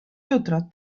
jutra